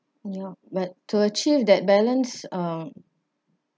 you know but to achieve that balance um